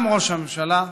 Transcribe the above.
גם ראש הממשלה,